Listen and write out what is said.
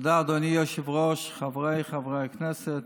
אדוני היושב-ראש, חבריי חברי הכנסת,